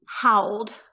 howled